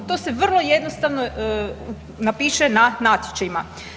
To se vrlo jednostavno napiše na natječajima.